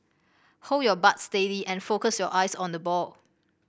hold your bat steady and focus your eyes on the ball